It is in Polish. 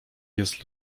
jest